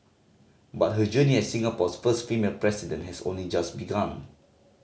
but her journey as Singapore's first female President has only just begun